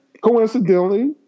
coincidentally